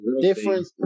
different